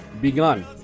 begun